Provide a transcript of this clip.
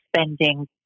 spending